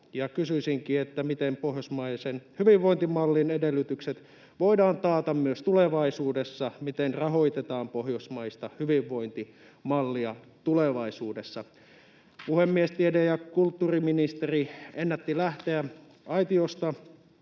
Kysyisinkin, miten pohjoismaisen hyvinvointimallin edellytykset voidaan taata myös tulevaisuudessa, miten rahoitetaan pohjoismaista hyvinvointimallia tulevaisuudessa. Puhemies! Tiede- ja kulttuuriministeri ennätti lähteä aitiosta,